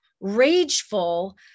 rageful